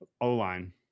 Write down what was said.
O-line